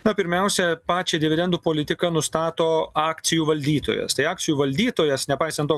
na pirmiausia pačią dividendų politiką nustato akcijų valdytojas tai akcijų valdytojas nepaisant to